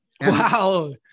Wow